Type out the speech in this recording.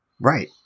Right